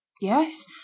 Yes